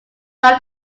found